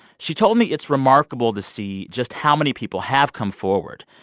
she told me it's remarkable to see just how many people have come forward.